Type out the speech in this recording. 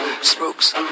spooks